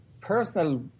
personal